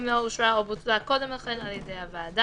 אם לא אושרה או בוטלה קודם לכן על ידי הוועדה,